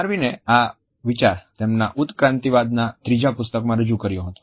ડાર્વિનએ આ વિચાર તેમના ઉત્ક્રાંતિવાદના ત્રીજા પુસ્તક માં રજૂ કર્યો હતો